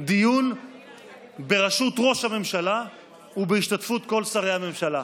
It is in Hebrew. דיון בראשות ראש הממשלה ובהשתתפות כל שרי הממשלה.